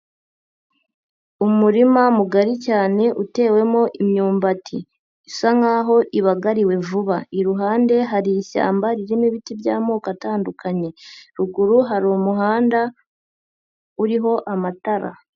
Umurima mugari cyane utewemo imyumbati isa nkaho ibagariwe vuba. Iruhande hari ishyamba ririmo ibiti by'amoko atandukanye, ruguru hari umuhanda uriho amatara.